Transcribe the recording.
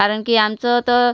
कारण की आमचं तर